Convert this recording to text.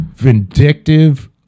vindictive